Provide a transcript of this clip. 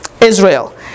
Israel